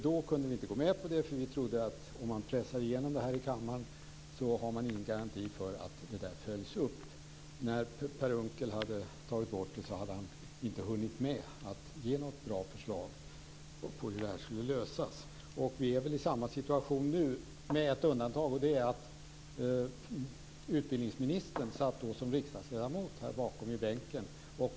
Då kunde vi inte gå med på det här, eftersom vi trodde att man, om man pressade igenom det här i kammaren, inte skulle ha någon garanti för att det följs upp. När Per Unckel hade tagit bort det här hade han inte hunnit med att komma med något bra förslag på hur det här skulle lösas. Vi är väl i samma situation nu, med ett undantag, och det är att utbildningsministern då satt som riksdagsledamot i bänken bakom mig.